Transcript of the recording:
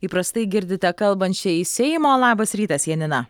įprastai girdite kalbančią iš seimo labas rytas janina